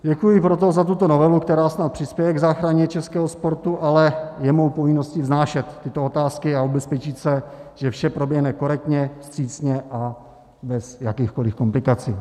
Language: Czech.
Děkuji proto za tuto novelu, která snad přispěje k záchraně českého sportu, ale je mou povinností vznášet tyto otázky a ubezpečit se, že vše proběhne korektně, vstřícně a bez jakýchkoliv komplikací.